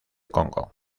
congo